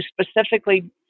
specifically